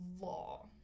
law